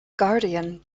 guardian